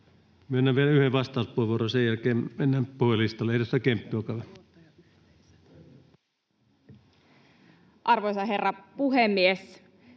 Myönnän vielä yhden vastauspuheenvuoron, ja sen jälkeen mennään puhujalistalle. — Edustaja Kemppi, olkaa hyvä. Arvoisa herra puhemies!